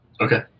Okay